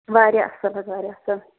واریاہ اصٕل حظ واریاہ اَصٕل